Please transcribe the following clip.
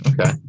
okay